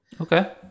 Okay